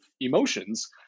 emotions